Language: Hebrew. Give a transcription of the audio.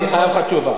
אני חייב לך תשובה.